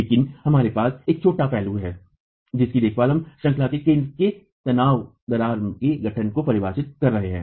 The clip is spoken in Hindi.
लेकिन हमारे पास एक छोटा सा पहलू है जिसकी देखभाल हम श्रंखलाइकाई के केंद्र में तनाव दरार के गठन को परिभाषित कर रहे हैं